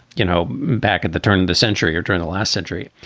you know, back at the turn of the century or turn the last century?